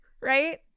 right